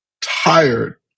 tired